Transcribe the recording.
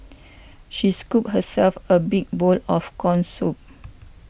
she scooped herself a big bowl of Corn Soup